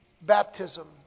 baptism